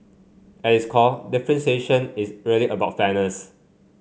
at its core differentiation is really about fairness